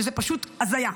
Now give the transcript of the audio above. וזו פשוט הזיה.